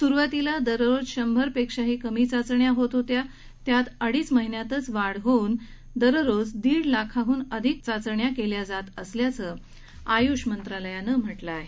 सुरूवातीला दररोज शंभर पेक्षाही कमी चाचण्या केल्या जात होत्या त्यात अडीच महिन्यांतच वाढ होऊन दीड लाखांडून अधिक चाचण्या केल्या जात असल्याचं आयुष मंत्रालयांनं म्हटलं आहे